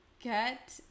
get